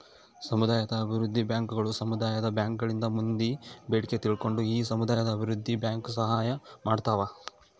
ಸಮುದಾಯ ಅಭಿವೃದ್ಧಿ ಬ್ಯಾಂಕುಗಳು ಸಮುದಾಯ ಬ್ಯಾಂಕ್ ಗಳಿಂದ ಮಂದಿ ಬೇಡಿಕೆ ತಿಳ್ಕೊಂಡು ಈ ಸಮುದಾಯ ಅಭಿವೃದ್ಧಿ ಬ್ಯಾಂಕ್ ಸಹಾಯ ಮಾಡ್ತಾವ